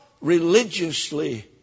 religiously